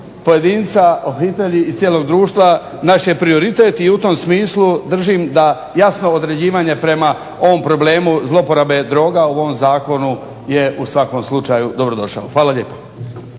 pojedinca, obitelji i cijelog društva naš je prioritet i u tom smislu držim da jasno određivanje prema ovom problemu zloporabe droga u ovom zakonu je u svakom slučaju dobrodošao. Hvala lijepa.